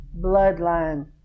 bloodline